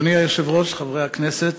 אדוני היושב-ראש, חברי הכנסת,